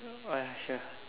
oh ya sure